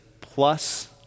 plus